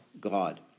God